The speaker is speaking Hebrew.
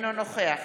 אינו נוכח